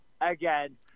again